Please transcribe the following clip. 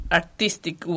artistic